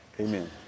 Amen